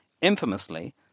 Infamously